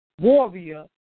warrior